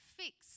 fix